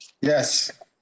Yes